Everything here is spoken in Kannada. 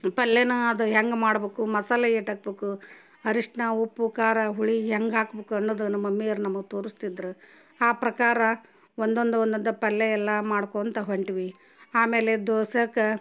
ಪಲ್ಯನ ಅದು ಹೆಂಗೆ ಮಾಡ್ಬೇಕು ಮಸಾಲೆ ಏಟು ಹಾಕ್ಬೇಕು ಅರಿಶಿಣ ಉಪ್ಪು ಖಾರ ಹುಳಿ ಹೆಂಗೆ ಹಾಕಬೇಕು ಅನ್ನುವುದು ನಮ್ಮ ಮಮ್ಮಿಯವ್ರು ನಮಗೆ ತೋರಸ್ತಿದ್ರು ಆ ಪ್ರಕಾರ ಒಂದೊಂದೇ ಒಂದೊಂದೇ ಪಲ್ಯ ಎಲ್ಲ ಮಾಡ್ಕೊತ ಹೊಂಟ್ವಿ ಆಮೇಲೆ ದೋಸೆಕ